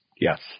Yes